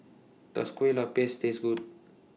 Does Kueh Lopes Taste Good